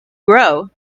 grow